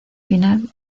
final